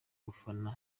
bafana